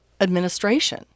administration